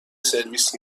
سرویس